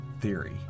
theory